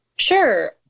Sure